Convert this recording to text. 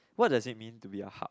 what does it mean to be a hub